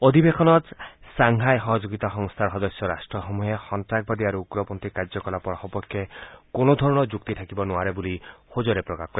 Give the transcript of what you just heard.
অধিৱেশনত ছাংঘাই সহযোগিতা সংস্থাৰ সদস্য ৰাষ্ট্ৰসমূহে সন্তাসবাদী আৰু উগ্ৰপন্থী কাৰ্যকলাপৰ সপক্ষে কোনো ধৰণৰ যুক্তি থাকিব নোৱাৰে বুলি সজোৰে প্ৰকাশ কৰে